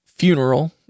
Funeral